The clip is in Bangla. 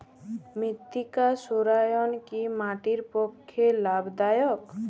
মৃত্তিকা সৌরায়ন কি মাটির পক্ষে লাভদায়ক?